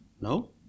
no